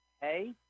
hey